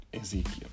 Ezekiel